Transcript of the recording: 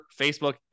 Facebook